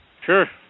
Sure